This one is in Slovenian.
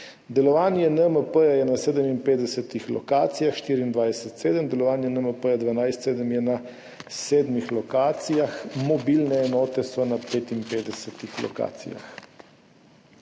pomoči. NMP deluje na 57 lokacijah 24/7, delovanje NMP 12/7 je na 7 lokacijah, mobilne enote so na 55 lokacijah.